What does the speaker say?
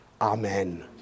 Amen